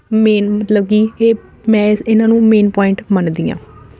main ਮਤਲਬ ਕਿ ਇਹ ਮੈਂ ਇਹਨਾਂ ਨੂੰ ਮੇਨ ਪੁਆਇੰਟ ਮੰਨਦੀ ਆਂ